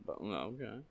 Okay